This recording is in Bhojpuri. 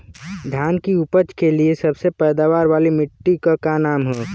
धान की उपज के लिए सबसे पैदावार वाली मिट्टी क का नाम ह?